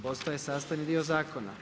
Postaje sastavni dio zakona.